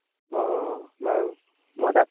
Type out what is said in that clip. অঁ অঁ বাৰু মই দাক